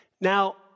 Now